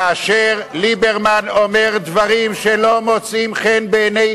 מכיוון שליברמן אומר דברים שלא מוצאים חן בעיני